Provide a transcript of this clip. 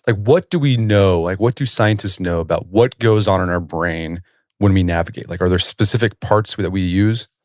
like what do we know? like what do scientists know about what goes on in our brain when we navigate? like are there specific parts that we use?